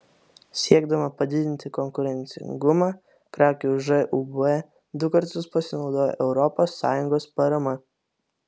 siekdama padidinti konkurencingumą krakių žūb du kartus pasinaudojo europos sąjungos parama